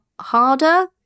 harder